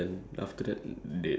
so you can plan ahead